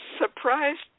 surprised